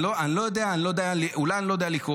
אני לא יודע, אולי אני לא יודע לקרוא,